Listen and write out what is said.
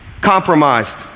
Compromised